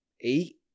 eight